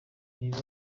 niba